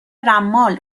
رمال